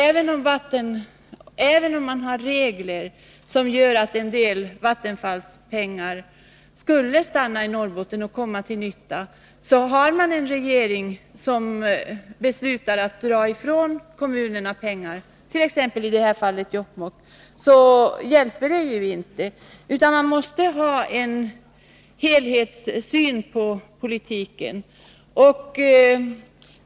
Även om det fanns regler om att en del Vattenfallspengar skulle stanna i Norrbotten, så hjälper ju inte det när vi har en regering som fattar beslut om att pengar skall tas ifrån kommunerna. I det här fallet gäller det ju Jokkmokks kommun. Man måste ha en helhetssyn på politiken.